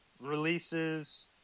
releases